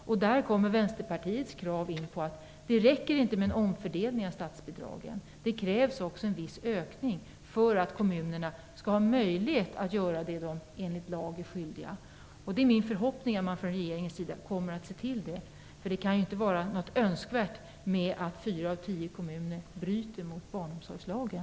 Där kommer Vänsterpartiets krav på att det inte räcker med en omfördelning av statsbidragen in. Det krävs också en viss ökning för att kommunerna skall ha möjlighet att göra det de enligt lag är skyldiga. Det är min förhoppning att man från regeringens sida kommer att se till det. Det kan inte vara önskvärt att fyra av tio kommuner bryter mot barnomsorgslagen.